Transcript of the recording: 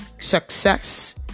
Success